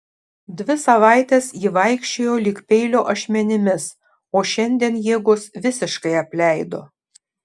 dvi savaites ji vaikščiojo lyg peilio ašmenimis o šiandien jėgos visiškai apleido